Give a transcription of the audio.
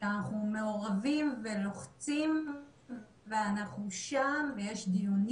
אנחנו מעורבים ולוחצים ואנחנו שם ויש דיונים